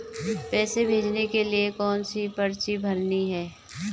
पैसे भेजने के लिए कौनसी पर्ची भरनी है?